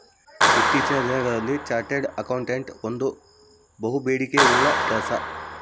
ಇತ್ತೀಚಿನ ದಿನಗಳಲ್ಲಿ chartered accountant ಒಂದು ಬಹುಬೇಡಿಕೆ ಉಳ್ಳ ಕೆಲಸ